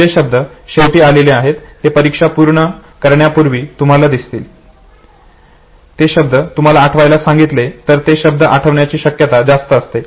पण जे शब्द शेवटी आलेले आहेत जे परीक्षा पूर्ण करण्यापूर्वी तुम्हाला दिसतील ते शब्द तुम्हाला आठवण्यास सांगितले तर ते शब्दही आठविण्याची शक्यता जास्त असते